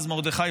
אז מרדכי,